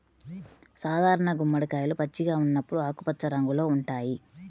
సాధారణ గుమ్మడికాయలు పచ్చిగా ఉన్నప్పుడు ఆకుపచ్చ రంగులో ఉంటాయి